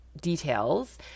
details